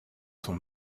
son